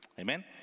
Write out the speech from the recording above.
amen